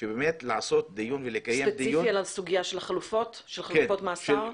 לעשות דיון -- דיון ספציפי על חלופות מאסר?